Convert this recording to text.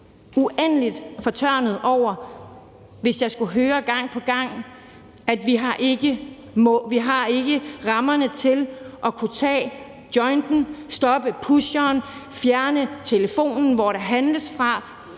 uendelig fortørnet, hvis jeg gang på gang skulle høre: Vi har ikke rammerne til at kunne tage jointen, stoppe pusheren, fjerne telefonen, hvor der handles fra.